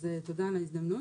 אז תודה על ההזדמנות.